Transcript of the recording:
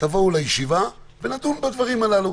תבואו לישיבה ונדון בדברים הללו.